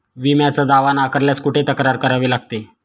विम्याचा दावा नाकारल्यास कुठे तक्रार करावी लागते?